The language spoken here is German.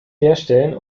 herstellen